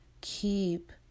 keep